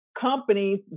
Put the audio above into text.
companies